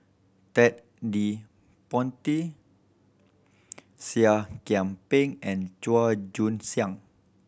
Ted De Ponti Seah Kian Peng and Chua Joon Siang